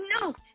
No